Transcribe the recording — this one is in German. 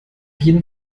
jeden